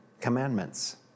Commandments